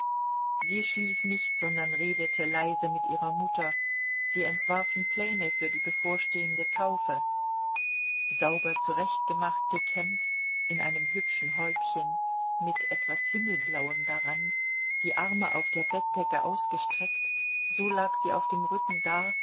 sie schlief nicht sondern redete leise mit ihrer mutter sie entwarfen pläne für die bevorstehende taufe sauber zurechtgemacht gekämmt in einem hübschen häubchen mit etwas himmelblauem daran die arme auf der bettdecke ausgestreckt so lag sie auf dem rücken da